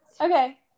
Okay